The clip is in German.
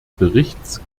berichts